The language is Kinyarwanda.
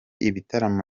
ibitaramo